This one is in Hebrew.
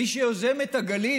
מי שיוזמים את הגלים